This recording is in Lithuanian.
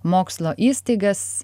mokslo įstaigas